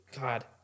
God